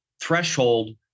threshold